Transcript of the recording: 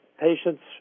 patients